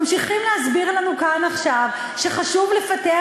ממשיכים להסביר לנו כאן עכשיו שחשוב לפתח,